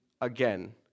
again